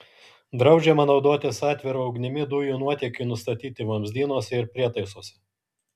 draudžiama naudotis atvira ugnimi dujų nuotėkiui nustatyti vamzdynuose ir prietaisuose